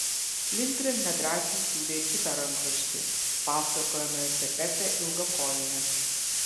lindgren nedrąsiai siūlė ir kitą rankraštį pasakojimą apie pepę ilgakojinę